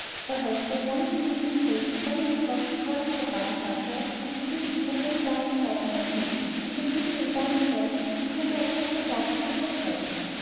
er hoffe lange genug livree in vornehmen häusern getragen zu haben sagte er um zu wissen was eine dame sei und was nicht und wenn dies eine dame sei so könne er katze und maus nicht unterscheiden